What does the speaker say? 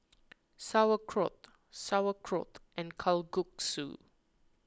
Sauerkraut Sauerkraut and Kalguksu